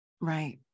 Right